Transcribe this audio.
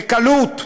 בקלות,